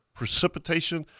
precipitation